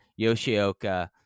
Yoshioka